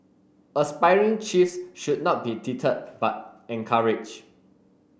aspiring chiefs should not be deterred but encouraged